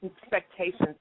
expectations